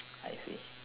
I see